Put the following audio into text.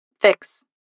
fix